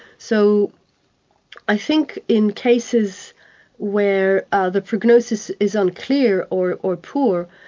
so i think in cases where ah the prognosis is unclear or or poor,